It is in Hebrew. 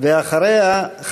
ואחריה,